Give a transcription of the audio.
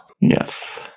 Yes